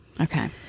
Okay